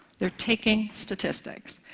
they're taking statistics.